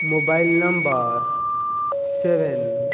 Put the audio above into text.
mobile number seven